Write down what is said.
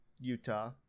Utah